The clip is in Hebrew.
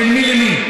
בין מי למי?